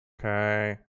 Okay